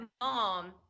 mom